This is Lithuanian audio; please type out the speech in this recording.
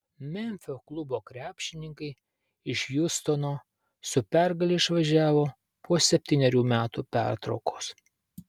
memfio klubo krepšininkai iš hjustono su pergale išvažiavo po septynerių metų pertraukos